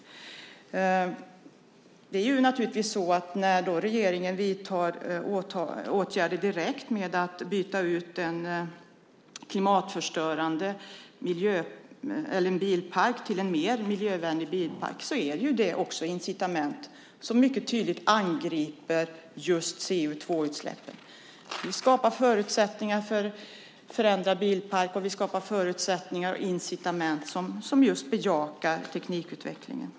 När då regeringen vidtar direkta åtgärder genom att byta ut en klimatförstörande bilpark mot en mer miljövänlig bilpark är det naturligtvis också ett incitament som tydligt angriper just CO2-utsläppen. Vi skapar förutsättningar för en förändrad bilpark, och vi skapar förutsättningar och incitament som bejakar teknikutvecklingen.